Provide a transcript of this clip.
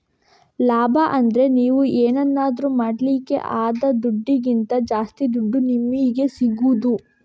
ಲಾಭ ಅಂದ್ರೆ ನೀವು ಏನನ್ನಾದ್ರೂ ಮಾಡ್ಲಿಕ್ಕೆ ಆದ ದುಡ್ಡಿಗಿಂತ ಜಾಸ್ತಿ ದುಡ್ಡು ನಿಮಿಗೆ ಸಿಗುದು